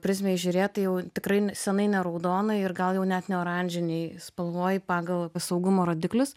prizmę įžiūrėt tai jau tikrai seniai ne raudonoj ir gal jau net ne oranžinėj spalvoj pagal saugumo rodiklius